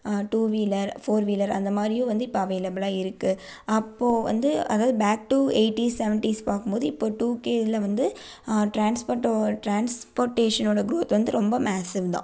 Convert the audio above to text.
two wheeler four wheeler அந்த மாதிரியும் வந்து இப்போ அவைலபிளாக இருக்குது அப்போது வந்து அதாவது பேக் டு எய்ட்டிஸ் செவன்டீஸ் பார்க்கும்போது இப்போ டூகே இதில் வந்து ட்ரான்ஸ்பர்டோ ட்ரான்ஸ்படேஷனோடய க்ரோத் வந்து ரொம்ப மோசம் தான்